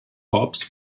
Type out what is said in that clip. korps